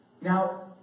Now